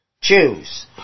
choose